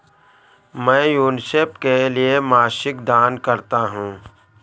मैं यूनिसेफ के लिए मासिक दान करता हूं